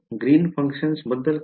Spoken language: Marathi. तर ग्रीनच्या फंक्शन बद्दल काय